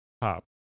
pop